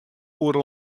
oere